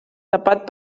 tapat